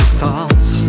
thoughts